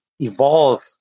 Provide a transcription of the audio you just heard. evolve